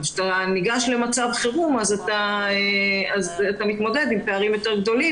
כאשר אתה מגיע למצב חירום אז מתמודדים עם פערים גדולים יותר,